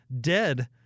dead